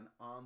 on